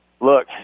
look